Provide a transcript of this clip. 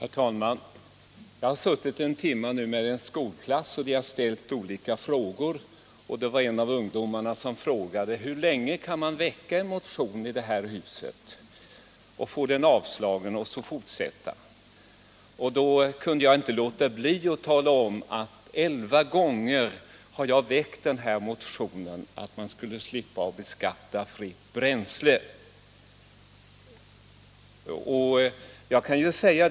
Herr talman! Jag har i dag suttit en timme med en skolklass, och eleverna har ställt olika frågor. En av ungdomarna frågade: Hur länge kan man i det här huset fortsätta att väcka en motion som avslås? Jag kunde då inte låta bli att tala om att jag elva gånger väckt motionen om befrielse från beskattning av eget bränsle.